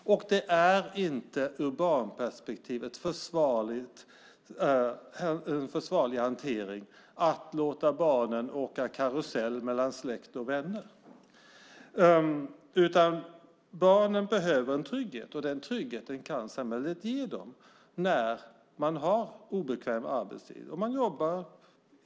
Det är inte ur ett barnperspektiv en försvarlig hantering att låta barnen åka karusell mellan släkt och vänner. Barnen behöver trygghet. Den tryggheten kan samhället ge dem vid obekväm arbetstid.